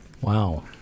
Wow